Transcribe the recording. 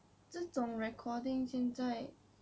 这种 recording 现在